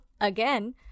again